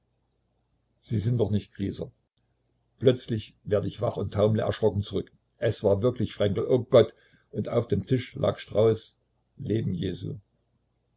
sie sind doch nicht grieser plötzlich werd ich wach und taumle erschrocken zurück es war wirklich fränkel o gott und auf dem tische lag strauß leben jesu